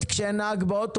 כולו או חלקו,